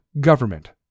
government